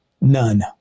None